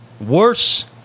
Worse